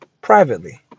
privately